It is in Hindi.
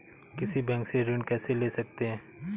किसी बैंक से ऋण कैसे ले सकते हैं?